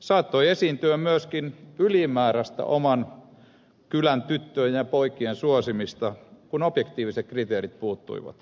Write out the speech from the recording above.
saattoi esiintyä myöskin ylimääräistä oman kylän tyttöjen ja poikien suosimista kun objektiiviset kriteerit puuttuivat